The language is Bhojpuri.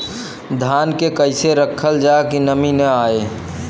धान के कइसे रखल जाकि नमी न आए?